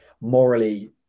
morally